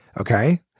Okay